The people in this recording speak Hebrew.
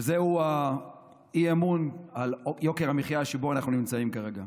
וזהו האי-אמון על יוקר המחיה שבו אנחנו נמצאים כרגע.